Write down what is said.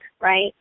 right